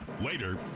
Later